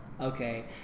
okay